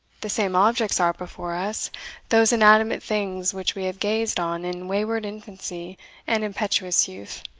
the same objects are before us those inanimate things which we have gazed on in wayward infancy and impetuous youth,